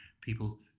people